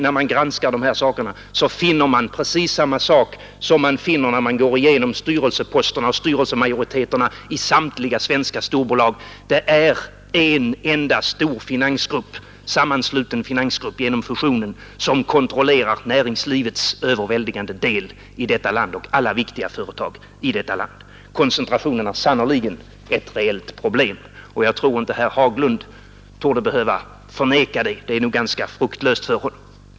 När man granskar dessa förhållanden finner man precis samma sak som man finner när man går igenom styrelseposterna och styrelsemajoriteterna i samtliga svenska storbolag; det är en enda stor finansgrupp, sammansluten genom fusion, som kontrollerar näringslivets överväldigande del och alla viktiga företag i detta land. Koncentrationen är sannerligen ett reellt problem, och jag tror inte att herr Haglund kan förneka det; det är nog ganska fruktlöst för honom.